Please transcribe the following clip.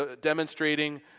demonstrating